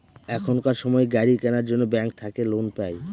এখনকার সময় গাড়ি কেনার জন্য ব্যাঙ্ক থাকে লোন পাই